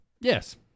Yes